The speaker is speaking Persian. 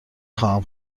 خواهم